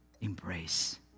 embrace